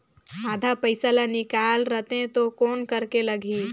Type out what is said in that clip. आधा पइसा ला निकाल रतें तो कौन करेके लगही?